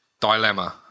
dilemma